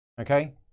okay